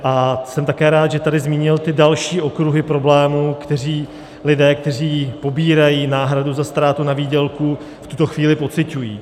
A jsem také rád, že tady zmínil ty další okruhy problémů, které lidé, kteří pobírají náhradu za ztrátu na výdělku, v tuto chvíli pociťují.